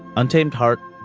untamed heart.